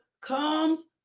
comes